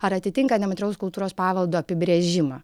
ar atitinka nematerialaus kultūros paveldo apibrėžimą